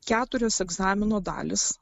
keturios egzamino dalys